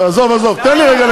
די עם החלומות.